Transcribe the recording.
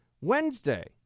Wednesday